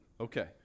Okay